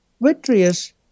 Vitreous